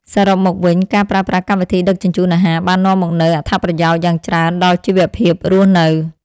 សរុបមកវិញ ការប្រើប្រាស់កម្មវិធីដឹកជញ្ជូនអាហារបាននាំមកនូវអត្ថប្រយោជន៍យ៉ាងច្រើនដល់ជីវភាពរស់នៅ។